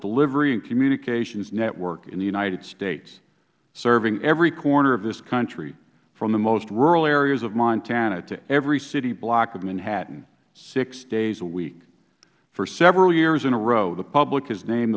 delivery and communications network in the united states serving every corner of this country from the most rural areas of montana to every city block of manhattan six days a week for several years in a row the public has name